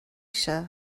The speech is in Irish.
seo